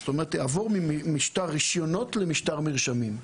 זאת אומרת, יעבור משטר רישיונות למשטר מרשמים.